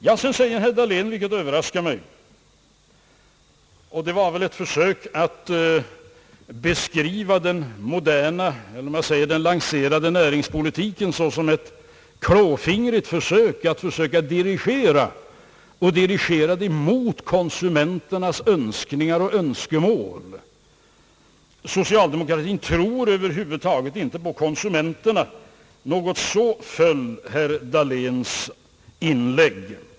Sedan säger herr Dahlén — vilket överraskar mig, men det var väl ett försök att beskriva den moderna eller jag kanske skall säga den lanserade näringspolitiken som ett klåfingrigt för sök att dirigera och att dirigera mot konsumenternas önskningar och önskemål — att socialdemokratin över huvud taget inte tror på konsumenterna. Ungefär så föll herr Dahléns ord.